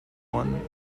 one